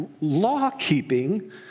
law-keeping